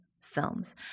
films